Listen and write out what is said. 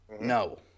No